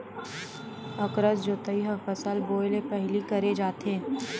अकरस जोतई ह फसल बोए ले पहिली करे जाथे